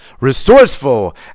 Resourceful